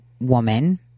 woman